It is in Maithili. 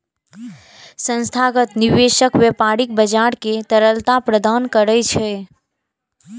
संस्थागत निवेशक व्यापारिक बाजार कें तरलता प्रदान करै छै